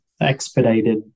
expedited